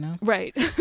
Right